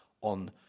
on